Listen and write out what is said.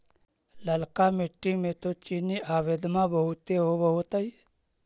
ललका मिट्टी मे तो चिनिआबेदमां बहुते होब होतय?